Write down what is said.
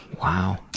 Wow